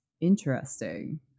Interesting